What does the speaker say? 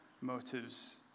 motives